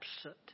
absent